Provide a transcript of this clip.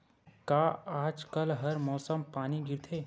का आज कल हर मौसम पानी गिरथे?